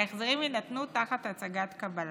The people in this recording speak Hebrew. ההחזרים יינתנו תחת הצגת קבלה.